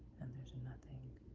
and there is nothing.